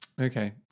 Okay